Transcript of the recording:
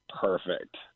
perfect